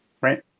Right